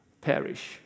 perish